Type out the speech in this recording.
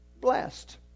blessed